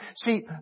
See